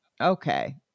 Okay